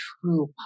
true